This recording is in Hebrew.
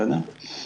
בסדר?